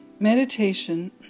meditation